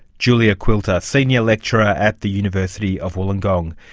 julia quilter, senior lecturer at the university of wollongong.